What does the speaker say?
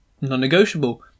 Non-negotiable